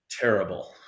terrible